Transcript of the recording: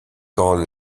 quand